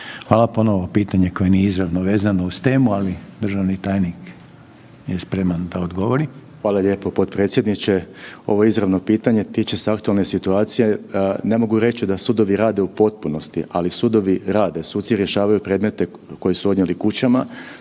Hvala. Ponovo pitanje koje nije izravno uz temu, ali državni tajnik je spreman za odgovorit. **Salapić, Josip (HDSSB)** Hvala lijepo potpredsjedniče. Ovo izravno pitanje tiče se aktualne situacije. Ne mogu reći da sudovi rade u potpunosti, ali sudovi rade, suci rješavaju predmete koji su odnijeli kućama.